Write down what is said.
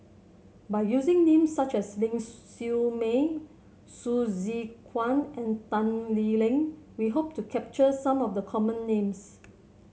by using names such as Ling Siew May Hsu Tse Kwang and Tan Lee Leng we hope to capture some of the common names